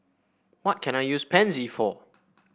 what can I use Pansy for